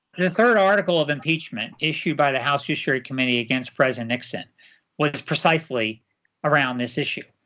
the third article of impeachment issued by the house judiciary committee against president nixon was precisely around this issue,